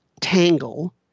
tangle